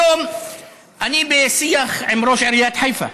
היום אני בשיח עם ראש עיריית חיפה